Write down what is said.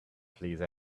please